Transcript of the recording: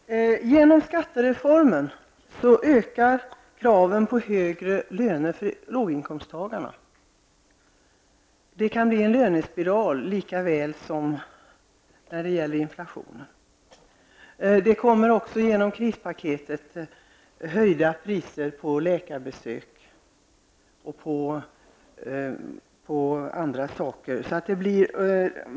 Herr talman! Genom skattereformen ökar kraven på högre löner för låginkomsttagarna. Det kan bli en lönespiral av den anledningen lika väl som när det gäller inflationen. Det kommer också att genom krispaketet bli höjda priser på läkarbesök och annat.